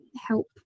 help